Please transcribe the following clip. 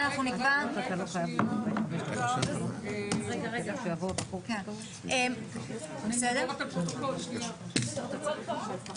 נוסח ישיבת ועדת החינוך היתר שימוש להפעלת מעון וגן